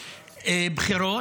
בחירות,